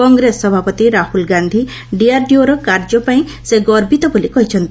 କଂଗ୍ରେସ ସଭାପତି ରାହ୍ରଲ ଗାନ୍ଧୀ ଡିଆରଡିଓର କାର୍ଯ୍ୟ ପାଇଁ ସେ ଗର୍ବିତ ବୋଲି କହିଛନ୍ତି